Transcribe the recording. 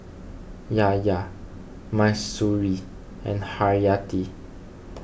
Yahya Mahsuri and Haryati